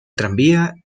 tranvía